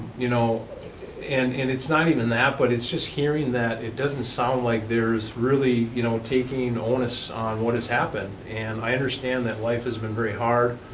you know and and it's not even that, but it's just hearing that it doesn't sound like there's really you know taking onus on what has happened. and i understand that life has been very hard.